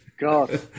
god